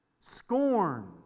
scorn